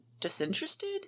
disinterested